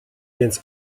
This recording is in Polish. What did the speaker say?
więc